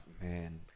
man